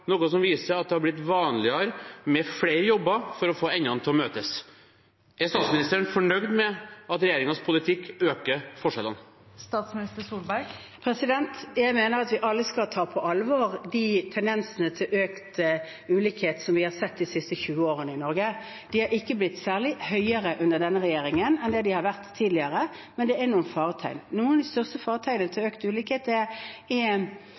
noe som viser at det har blitt vanligere med flere jobber for å få endene til å møtes. Er statsministeren fornøyd med at regjeringens politikk øker forskjellene? Jeg mener at vi alle skal ta på alvor de tendensene til økt ulikhet som vi har sett de siste 20 årene i Norge. De har ikke blitt særlig større under denne regjeringen enn det de har vært tidligere, men det er noen faretegn. Noen av de største faretegnene til økt ulikhet er